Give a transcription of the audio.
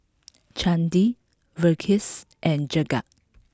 Chandi Verghese and Jagat